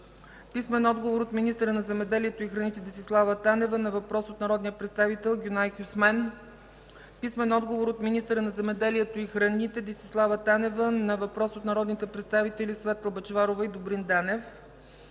Ана Баракова; - министъра на земеделието и храните Десислава Танева на въпрос от народния представител Гюнай Хюсмен; - министъра на земеделието и храните Десислава Танева на въпрос от народните представители Светла Бъчварова и Добрин Данев;